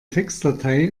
textdatei